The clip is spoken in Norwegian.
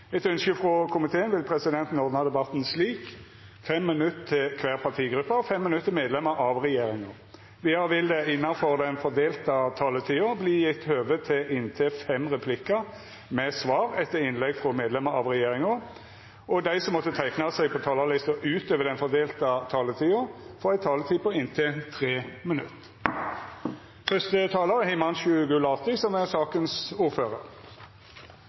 Etter ønske frå justiskomiteen vil presidenten ordna debatten slik: 5 minutt til kvar partigruppe og 5 minutt til medlemer av regjeringa. Vidare vil det – innanfor den fordelte taletida – verta gjeve høve til inntil fem replikkar med svar etter innlegg frå medlemer av regjeringa, og dei som måtte teikna seg på talarlista utover den fordelte taletida, får ei taletid på inntil 3 minutt. Jeg vil innledningsvis takke komiteen for samarbeidet i denne saken. Dette representantforslaget er fremmet av tre